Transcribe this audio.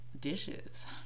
dishes